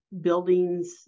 buildings